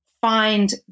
find